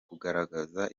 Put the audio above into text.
kugaragaza